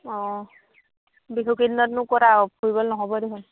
অঁ বিহুকেইদিনতনো ক'ত আৰু ফুৰিবলৈ নহ'বই দেখোন